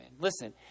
Listen